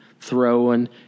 throwing